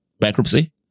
Bankruptcy